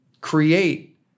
create